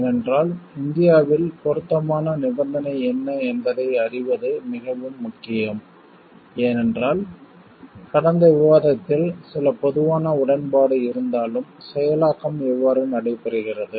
ஏனென்றால் இந்தியாவில் பொருத்தமான நிபந்தனை என்ன என்பதை அறிவது மிகவும் முக்கியம் ஏனென்றால் கடந்த விவாதத்தில் சில பொதுவான உடன்பாடு இருந்தாலும் செயலாக்கம் எவ்வாறு நடைபெறுகிறது